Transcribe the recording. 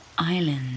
Island